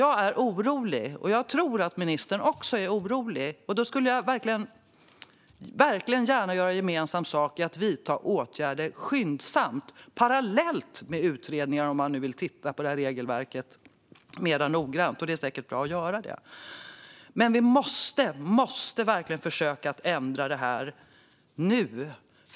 Jag är orolig, och jag tror att ministern också är orolig. Därför vill jag gärna göra gemensam sak för att skyndsamt vidta åtgärder. Det kan ske parallellt med utredningar om man nu mer noggrant skulle vilja titta på regelverket, vilket säkert vore bra att göra. Vi måste dock verkligen försöka ändra detta nu.